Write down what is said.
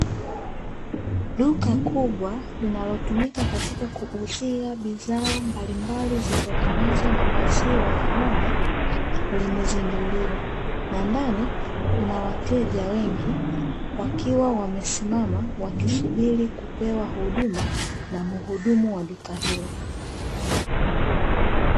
Duka kubwa linalotumika katika kuuzia bidhaa mbalimbali zitokanazo na maziwa ya ng'ombe, limezinduliwa. Na ndani kuna wateja wengi wakiwa wamesimama, wakisubiri kupewa huduma na mhudumu wa duka hilo.